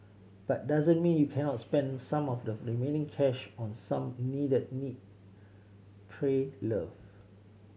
but doesn't mean you cannot spend some of the remaining cash on some needed need pray love